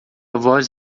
voz